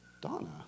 Donna